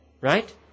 right